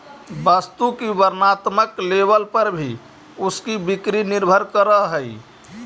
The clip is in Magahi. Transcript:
वस्तु की वर्णात्मक लेबल पर भी उसकी बिक्री निर्भर करअ हई